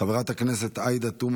חבר הכנסת אחמד טיבי,